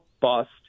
bust